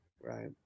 right